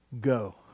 go